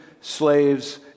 slaves